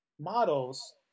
models